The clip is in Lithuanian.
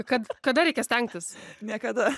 kad kada reikia stengtis niekada